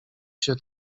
się